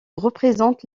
représente